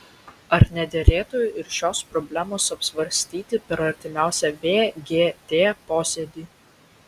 ar nederėtų ir šios problemos apsvarstyti per artimiausią vgt posėdį